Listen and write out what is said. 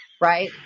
right